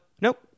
Nope